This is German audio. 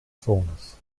sohnes